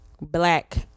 Black